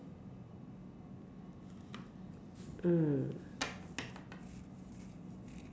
mm